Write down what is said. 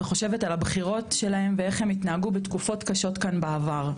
וחושבת על הבחירות שלהם ואיך הם התנהגו בתקופות קשות כאן בעבר.